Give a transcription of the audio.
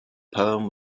poem